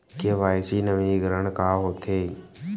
KYC नवीनीकरण का होथे?